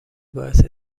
باعث